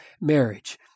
marriage